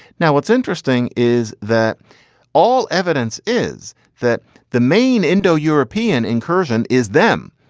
now, what's interesting is that all evidence is that the main indo european incursion is them.